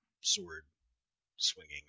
sword-swinging